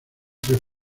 tres